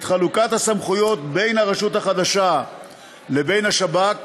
להלן אפרט את חלוקת הסמכויות בין הרשות החדשה לבין השב"כ: